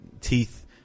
teeth